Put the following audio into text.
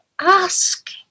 Ask